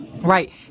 right